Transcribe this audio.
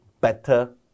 better